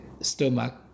stomach